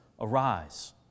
arise